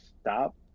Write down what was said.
stop